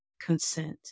consent